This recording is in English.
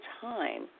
time